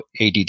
ADD